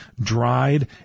dried